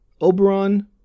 Oberon